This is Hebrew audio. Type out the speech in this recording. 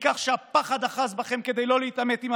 מכך שהפחד אחז בכם כדי לא להתעמת עם